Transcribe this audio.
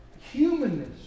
humanness